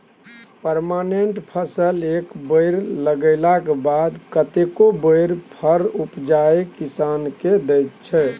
permanent फसल एक बेर लगेलाक बाद कतेको बेर फर उपजाए किसान केँ दैत छै